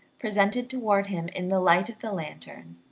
presented toward him in the light of the lantern,